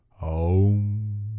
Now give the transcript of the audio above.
Om